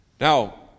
Now